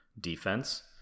defense